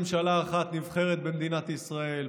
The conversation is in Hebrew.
תמיד יש לנו ממשלה אחת נבחרת במדינת ישראל,